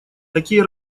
такие